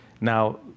Now